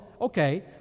Okay